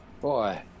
boy